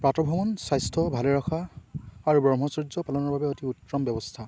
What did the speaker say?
প্ৰাতঃভ্ৰমণ স্বাস্থ্য ভালে ৰখা আৰু ব্ৰহ্মচৰ্য পালনৰ বাবে অতি উত্তম ব্যৱস্থা